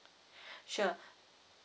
sure